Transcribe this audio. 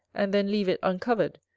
and then leave it uncovered,